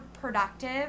productive